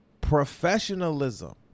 professionalism